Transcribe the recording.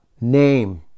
name